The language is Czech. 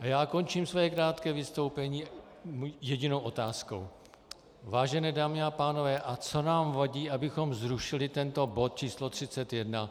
Já končím své krátké vystoupení jedinou otázkou: Vážené dámy a pánové, a co nám vadí, abychom zrušili tento bod č. 31?